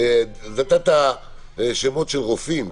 נתת דוגמה של רופאים,